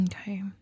Okay